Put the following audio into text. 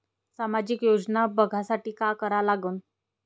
सामाजिक योजना बघासाठी का करा लागन?